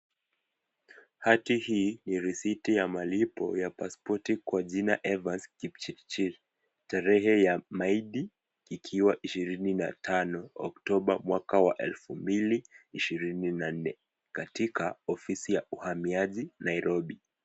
Hati hii ni risiti ya malipo ya pasipoti kwa jina Evans Kipchirchir, tarehe ya maidi ikiwa ishirini na tano, oktoba mwaka wa elfu mbili ishirini na nne, katika ofisi ya uhamiaji, Nairobi.